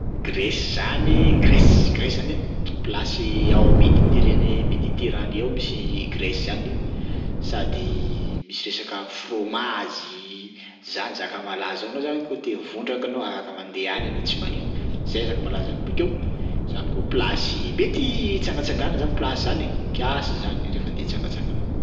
Gresy zany, Grèce zany plasy ao Méditirranée Méditerranée ao misy Grèce zany sady misy resaka frômazy zany zaka malaza any, ianao zany kô te ho vondraka anao afaka mandeha any ianao tsy manino, zay zaka malaza any. Bakeo zany koa plasy mety itsangatsanganana zany plasy zany e kiasy izany rehefa andeha hitsangatsangana.